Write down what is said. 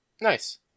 Nice